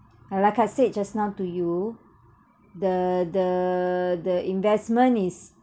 uh like I said just now to you the the the investment is